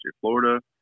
Florida